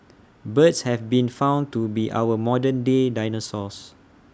birds have been found to be our modern day dinosaurs